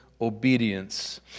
obedience